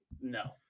no